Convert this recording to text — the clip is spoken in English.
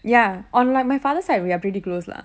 ya on like my father's side we are pretty close lah